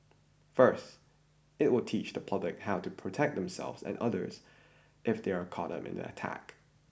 first it will teach the public how to protect themselves and others if they are caught up in an attack